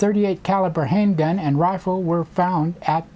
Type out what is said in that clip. thirty eight caliber handgun and rifle were found at